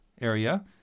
area